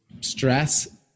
stress